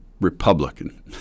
Republican